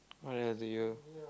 what else did you